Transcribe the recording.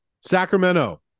Sacramento